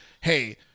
hey-